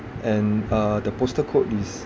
and uh the postal code is